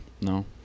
no